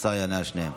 השר יענה לשניהם.